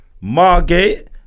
Margate